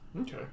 Okay